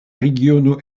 regiono